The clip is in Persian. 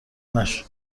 نشو